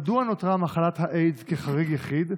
1. מדוע נותרה מחלת האיידס כחריג יחיד,